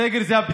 סגר אף